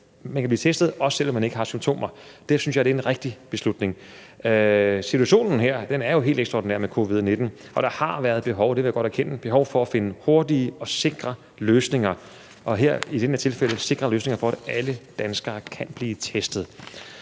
kan man blive testet, også selv om man ikke har symptomer. Det synes jeg er en rigtig beslutning. Situationen her med covid-19 er jo helt ekstraordinær, og der har været, og det vil jeg godt erkende, behov for at finde hurtige og sikre løsninger og i det her tilfælde sikre løsninger, for at alle danskere kan blive testet.